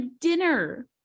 dinner